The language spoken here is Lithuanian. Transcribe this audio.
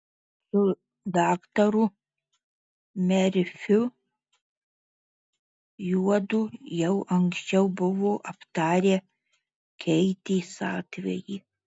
su daktaru merfiu juodu jau anksčiau buvo aptarę keitės atvejį